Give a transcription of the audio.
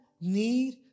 need